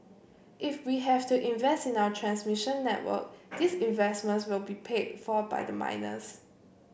if we have to invest in our transmission network these investments will be paid for by the miners